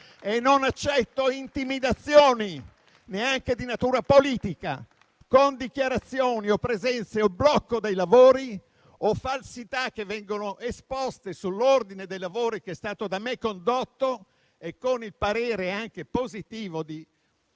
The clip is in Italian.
Non accetto intimidazioni neanche di natura politica, con dichiarazioni, presenze, blocco dei lavori o falsità che vengono esposte sull'ordine dei lavori che è stato da me condotto, con il parere anche positivo